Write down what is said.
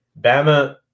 Bama